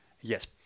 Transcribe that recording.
Yes